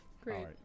Great